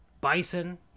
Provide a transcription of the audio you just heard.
bison